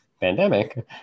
pandemic